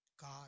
God